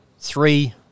three